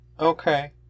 Okay